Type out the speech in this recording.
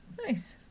nice